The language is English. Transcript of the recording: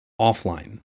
offline